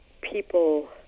people